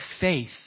faith